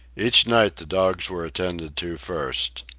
each night the dogs were attended to first.